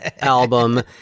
album